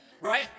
right